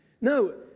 no